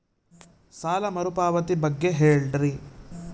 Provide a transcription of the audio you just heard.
ಸಾಲ ಮರುಪಾವತಿ ಬಗ್ಗೆ ಹೇಳ್ರಿ?